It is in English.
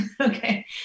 Okay